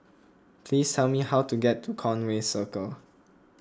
please tell me how to get to Conway Circle